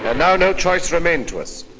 but now no choice remained to us.